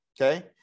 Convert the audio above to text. Okay